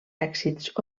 èxits